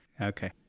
Okay